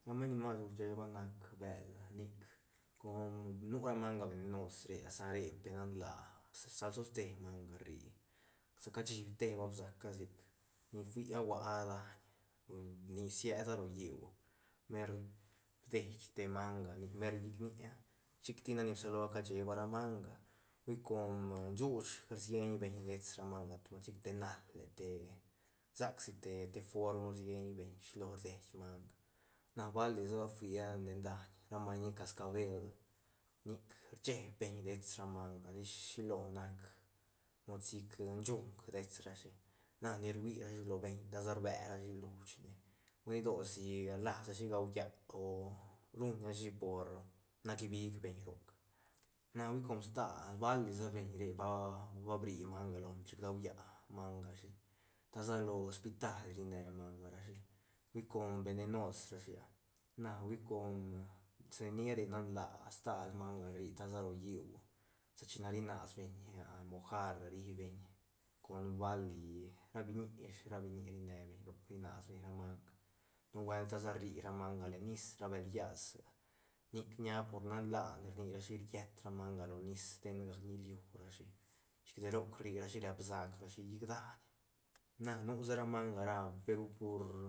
ra maiñ ni masru rcheba nac bël nic com nu ra manga venenos re sa ra per nan laa sa- sa- stal toste manga rri sa cashi te ba bsaca sic ni fuia ua a daiñ ni cieda ro lliú mer bi died te manga ni- mer llic nia chic ti bsalo casheba ra manga hui com shuuch rsienbeñ dets ra manga sic mod te nale te sacsi te- te form rsienbeñ shilo rdeimanga na balisa ba fuia len daiñ ra maiñ cascabel nic rcheeb beñ dets ra manga li shi lo nac mood sic shuuc dets rashi na ni rui rashi lo beñ ta sa rbe ra shi lushne bueni dosi lasrashi gaulla o ruñ rashi por nac bigbeñ roc na hui com stal ba li sa beñ re ba- ba bri manga lone chic dualla mangashi ta sa lo hospitail ri ne manga rashi hui com vevenos rashi ah na hui com sa nia re nan laa stal manga rri ta sa ro lliú china ri nas beñ mojar ri beñ com bali ra biñi ish ra biñi ri nebeñ roc ri nasbeñ ra manga nubuelt ta sa rri ra manga len nis ra bël llasga nic ña por nan laane rnirashi riet ra manga lo nis ten ri ilurashi chic de roc rri rashi repsac rashi yic daiñ na nu sa ra manga ra pe ru pur